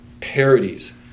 parodies